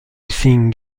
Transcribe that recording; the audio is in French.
racing